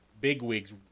bigwigs